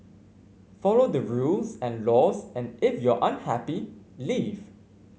follow the rules and laws and if you're unhappy leave